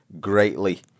greatly